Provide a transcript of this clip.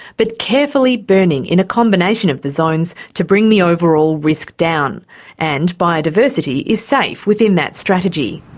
but carefully burning in a combination of the zones to bring the overall risk down and biodiversity is safe within that strategy.